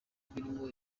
birimo